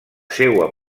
seua